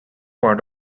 part